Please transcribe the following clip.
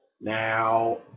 Now